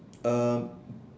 um